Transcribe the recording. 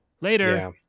Later